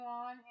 on